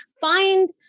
find